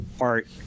art